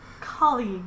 Colleague